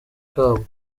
kabwo